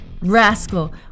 Rascal